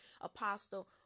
apostle